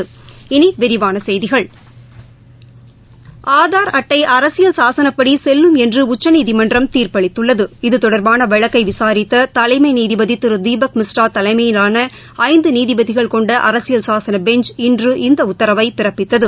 இனி விரிவான செய்திகள் ஆதார் அட்டை அரசியல் சாசனப்படி செல்லும் என்று உச்சநீதிமன்றம் தீர்ப்பு அளித்தள்ளது இது தொடர்பான வழக்கை விசாரித்த தலைமை நீதிபதி திரு தீபக் மிஸ்ரா தலைமையிலான ஐந்து நீதிபதிகள் கொண்ட அரசியல் சாசன பெஞ்ச் இன்று இந்த உத்தரவை பிறப்பித்தது